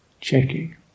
checking